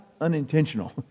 unintentional